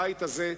הבית הזה,